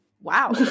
wow